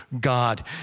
God